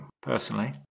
personally